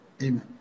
Amen